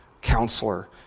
counselor